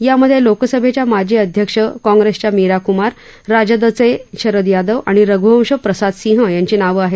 यामध्ये लोकसभेच्या माजी अध्यक्ष काँग्रेसच्या मीरा कुमार राजदचे शरद यादव आणि रघुवंश प्रसादसिंह यांची नावं आहेत